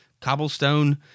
cobblestone